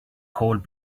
cold